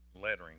lettering